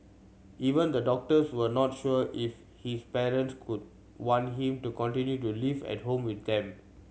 even the doctors were not sure if his parent would want him to continue to live at home with them